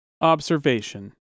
observation